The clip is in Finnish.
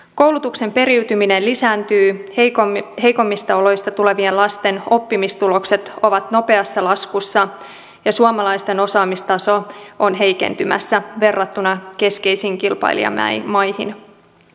koulutuksen periytyminen lisääntyy heikommista oloista tulevien lasten oppimistulokset ovat nopeassa laskussa ja suomalaisten osaamistaso on heikentymässä verrattuna keskeisiin kilpailijamaihin